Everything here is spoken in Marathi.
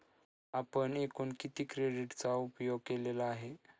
आपण एकूण किती क्रेडिटचा उपयोग केलेला आहे?